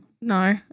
No